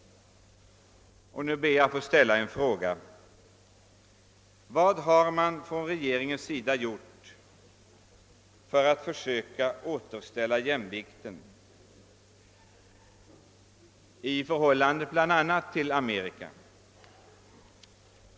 Nu ber jag att få ställa en fråga: Vad har regeringen gjort för att försöka återställa jämvikten i bl.a. förhållandet till Amerika?